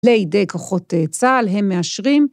לידי כוחות צה״ל הם מאשרים.